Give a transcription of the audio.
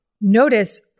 Notice